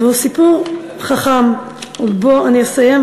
זהו סיפור חכם, ובו אני אסיים.